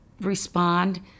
respond